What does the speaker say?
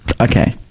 Okay